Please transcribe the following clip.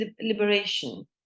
liberation